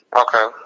Okay